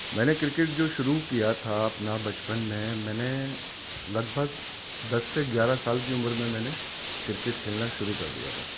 میں نے کرکٹ جو شروع کیا تھا اپنا بچپن میں میں نے لگ بھگ دس سے گیارہ سال کی عمر میں میں نے کرکٹ کھیلنا شروع کر دیا تھا